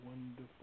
wonderful